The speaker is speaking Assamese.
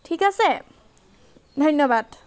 ঠিক আছে ধন্যবাদ